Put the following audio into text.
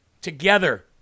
together